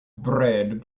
bread